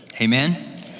Amen